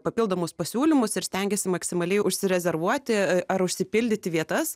papildomus pasiūlymus ir stengiasi maksimaliai užsirezervuoti ar užsipildyti vietas